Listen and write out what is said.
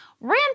Rand